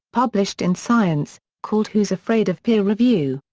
published in science, called who's afraid of peer review.